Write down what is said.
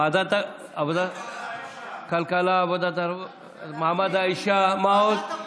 ועדת הכלכלה, ועדת מעמד האישה, מה עוד?